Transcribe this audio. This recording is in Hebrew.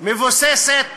מבוססת